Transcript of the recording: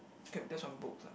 kept this from books ah